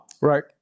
right